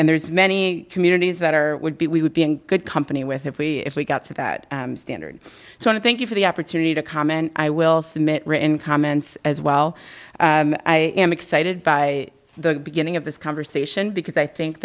and there's many communities that are would be we would be in good company with if we if we got to that standard so i thank you for the opportunity to comment i will submit written comments as well and i am excited by the beginning of this conversation because i think